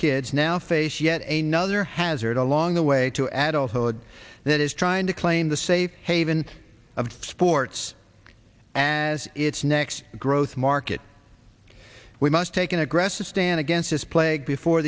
kids now face yet a nother hazard along the way to adult hood that is trying to claim the safe haven of sports as its next growth market we must take an aggressive stand against this plague before